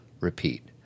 repeat